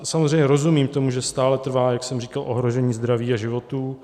Samozřejmě rozumím tomu, že stále trvá, jak jsem říkal, ohrožení zdraví a životů.